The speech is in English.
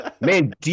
Man